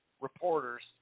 reporters